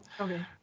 okay